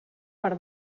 per